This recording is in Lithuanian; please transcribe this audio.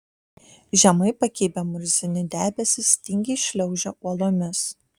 žemai pakibę murzini debesys tingiai šliaužė uolomis